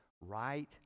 right